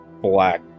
black